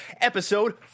Episode